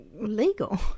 legal